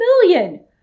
Million